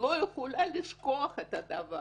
לא יכולה לשכוח את הדבר.